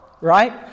Right